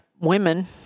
women